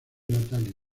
natalie